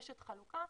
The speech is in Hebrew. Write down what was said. רשת חלוקה,